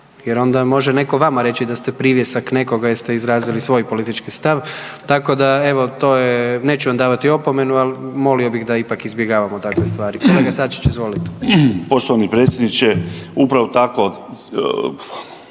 jer onda može netko vama reći da ste privjesak nekoga jer ste izrazili svoj politički stav. Tako da evo to je, neću vam davati opomenu, al molio bih da ipak izbjegavamo takve stvari. Kolega Sačić, izvolite. **Sačić, Željko (Hrvatski